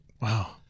Wow